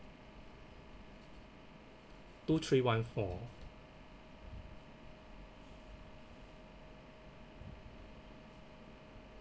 two three one four